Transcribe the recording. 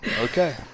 Okay